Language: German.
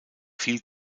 viel